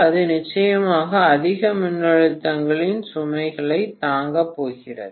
இது நிச்சயமாக அதிக மின்னழுத்தங்களின் சுமைகளைத் தாங்கப் போகிறது